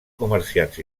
comerciants